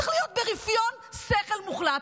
צריך להיות ברפיון שכל מוחלט.